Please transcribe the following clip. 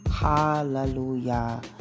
Hallelujah